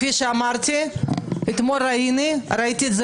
כפי שאמרתי, אתמול בערב ראיתי.